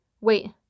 Wait